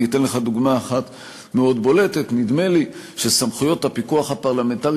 אני אתן לך דוגמה אחת מאוד בולטת: נדמה לי שסמכויות הפיקוח הפרלמנטרי,